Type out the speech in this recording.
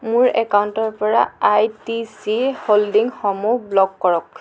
মোৰ একাউণ্টৰ পৰা আই টি চি হ'ল্ডিংসমূহ ব্লক কৰক